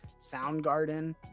Soundgarden